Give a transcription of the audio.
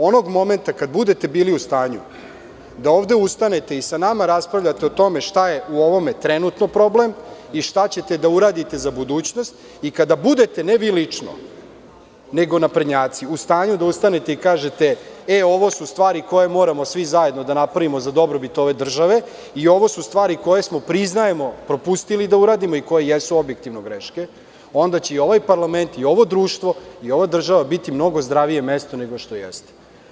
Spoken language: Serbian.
Onog momenta kada budete bili u stanju da ovde ustanete i sa nama raspravljate o tome šta je u ovome trenutno problem i šta ćete da uradite za budućnost i kada budete, ne vi lično, nego naprednjaci, u stanju da ustanete i kažete- ovo su stvari koje moramo svi zajedno da napravimo za dobrobit ove države i ovo su stvari koje smo, priznajemo, propustili da uradimo i koje jesu objektivno greške, onda će i ovaj parlament i ovo društvo i ova država biti mnogo zdravije mesto nego što jeste.